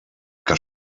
que